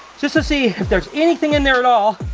just to see if there's anything in there at all.